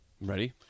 ready